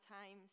times